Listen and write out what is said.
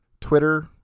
Twitter